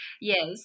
Yes